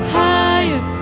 higher